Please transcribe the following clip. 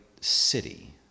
city